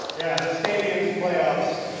yeah, stadiums, playoffs,